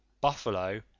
buffalo